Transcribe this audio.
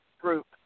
group